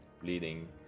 bleeding